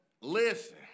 listen